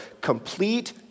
complete